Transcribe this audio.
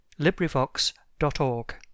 LibriVox.org